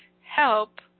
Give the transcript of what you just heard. help